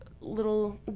little